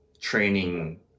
training